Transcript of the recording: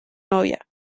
novia